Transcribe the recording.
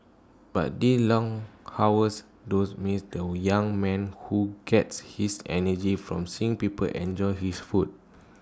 but the long hours dose maze there were young man who gets his energy from seeing people enjoy his food